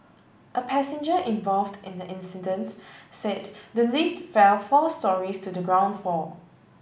a passenger involved in the incident said the lift fell four storeys to the ground floor